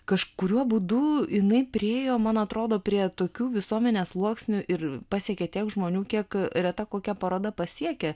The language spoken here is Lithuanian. kažkuriuo būdu jinai priėjo man atrodo prie tokių visuomenės sluoksnių ir pasiekė tiek žmonių kiek reta kokia paroda pasiekia